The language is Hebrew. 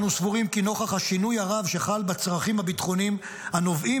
אנו סבורים כי נוכח השינוי הרב שחל בצרכים הביטחוניים הנובעים